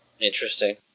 Interesting